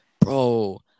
Bro